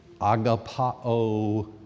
agapao